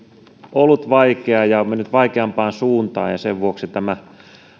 ollut vaikea ja on mennyt vaikeampaan suuntaan ja sen vuoksi tämä